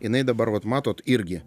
jinai dabar vat matot irgi